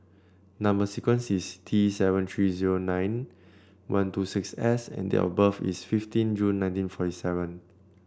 number sequence is T seven three zero nine one two six S and date of birth is fifteen June nineteen forty seven